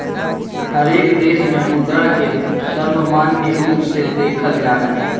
हरेक देश में मुद्रा के सर्वमान्य रूप से देखल जा हइ